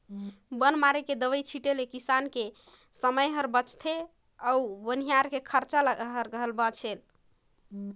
बन मारे के दवई छीटें ले किसान के समे हर बचथे अउ बनिहार के खरचा घलो